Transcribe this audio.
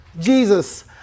Jesus